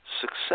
success